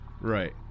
Right